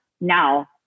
now